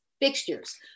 fixtures